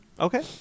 Okay